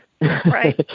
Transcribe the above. right